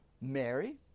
Mary